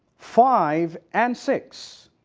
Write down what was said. five and six.